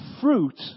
fruit